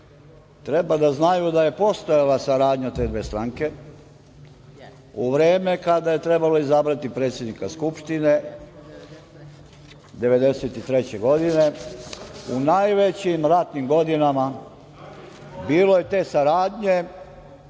treba da znaju da je postojala saradnja te dve stranke u vreme kada je trebalo izabrati predsednika Skupštine 1993. godine. U najvećim ratnim godinama bilo je te saradnje,